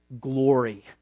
glory